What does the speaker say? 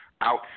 out